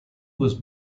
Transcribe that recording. was